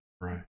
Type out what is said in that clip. Right